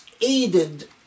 aided